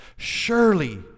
Surely